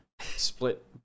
split